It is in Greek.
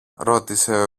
ρώτησε